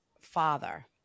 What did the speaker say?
father